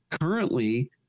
currently